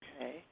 Okay